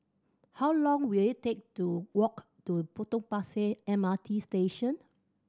how long will it take to walk to Potong Pasir M R T Station